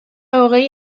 hogei